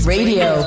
Radio